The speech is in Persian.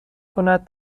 کند